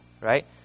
Right